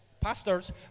Pastors